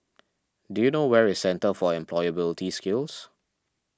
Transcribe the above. do you know where is Centre for Employability Skills